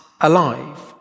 alive